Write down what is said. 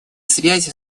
связи